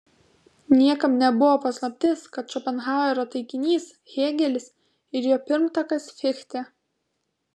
niekam nebuvo paslaptis kad šopenhauerio taikinys hėgelis ir jo pirmtakas fichtė